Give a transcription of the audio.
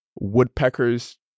woodpeckers